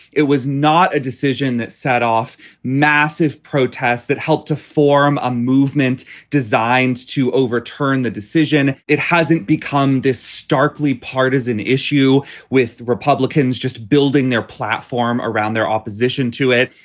it was not a decision that set off massive protests that helped to form a movement designed to overturn the decision. it hasn't become this starkly partisan issue with republicans just building their platform around their opposition to it.